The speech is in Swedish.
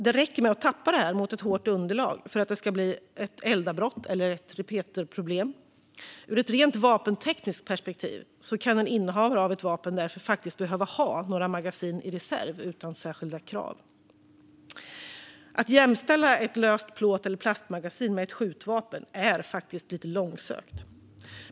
Det räcker att tappa magasinet mot ett hårt underlag för att det ska bli ett eldavbrott eller ett repeterproblem. Ur ett rent vapentekniskt perspektiv kan en innehavare av ett vapen därför behöva ha några magasin i reserv utan särskilda krav. Att jämställa ett löst plåt eller plastmagasin med ett skjutvapen är lite långsökt.